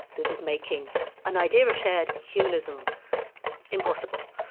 that is making an idea of a shared humanism impossible.